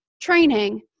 training